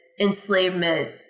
enslavement